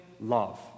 love